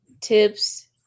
tips